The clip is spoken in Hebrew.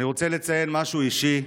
אני רוצה לציין משהו אישי: